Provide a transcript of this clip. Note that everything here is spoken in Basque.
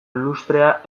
lustrea